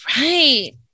right